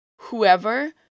whoever